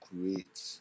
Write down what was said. create